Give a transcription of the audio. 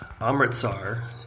Amritsar